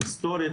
היסטורית,